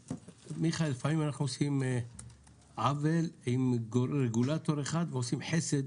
לפעמים אנחנו עושים עוול עם רגולטור אחד ועושים חסד,